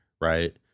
right